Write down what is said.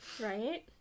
right